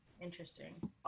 Interesting